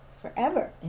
Forever